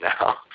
now